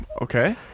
Okay